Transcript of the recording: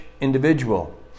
individual